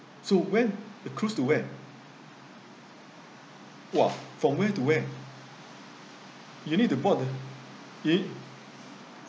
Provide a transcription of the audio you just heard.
so when the cruise to where !wah! from where to where you need to bought the you